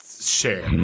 share